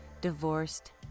divorced